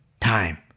time